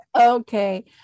Okay